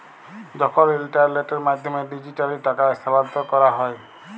যখল ইলটারলেটের মাধ্যমে ডিজিটালি টাকা স্থালাল্তর ক্যরা হ্যয়